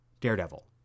Daredevil